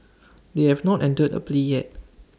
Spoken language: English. they have not entered A plea yet